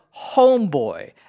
homeboy